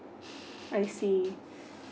I see